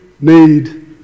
need